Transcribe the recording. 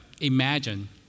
imagine